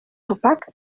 opac